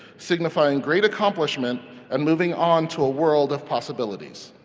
signifying great accomplishment and moving on to a world of possibilities.